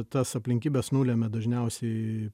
tas aplinkybes nulemia dažniausiai